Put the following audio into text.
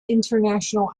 international